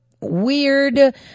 weird